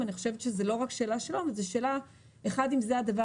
אני חושבת שזאת לא רק שאלה של אומץ אלא אם זה הדבר